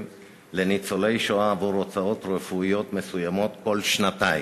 לניצולי שואה עבור הוצאות רפואיות מסוימות כל שנתיים.